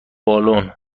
بالن